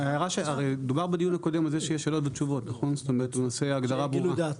הרי דובר בדיון הקודם על זה שיהיה שאלות ותשובות נכון שיהיה גילוי דעת,